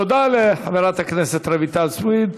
תודה לחברת הכנסת רויטל סויד.